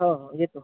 हो हो येतो